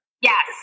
Yes